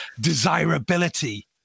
desirability